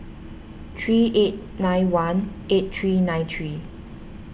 three eight nine one eight three nine three